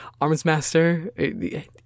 Armsmaster